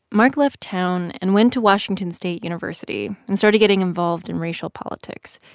mark left town and went to washington state university and started getting involved in racial politics.